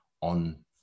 on